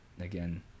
again